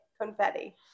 confetti